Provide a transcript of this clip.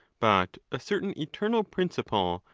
but a certain eternal principle,